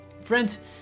Friends